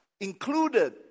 included